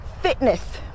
fitness